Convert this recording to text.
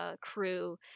crew